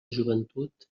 joventut